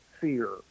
fear